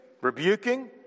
rebuking